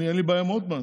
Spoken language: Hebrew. אין לי בעיה עם רוטמן.